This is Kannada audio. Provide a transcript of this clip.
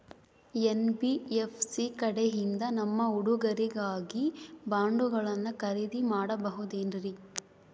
ಎನ್.ಬಿ.ಎಫ್.ಸಿ ಕಡೆಯಿಂದ ನಮ್ಮ ಹುಡುಗರಿಗಾಗಿ ಬಾಂಡುಗಳನ್ನ ಖರೇದಿ ಮಾಡಬಹುದೇನ್ರಿ?